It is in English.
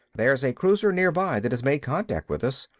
there's a cruiser nearby that has made contact with us.